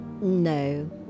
No